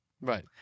Right